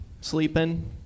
sleeping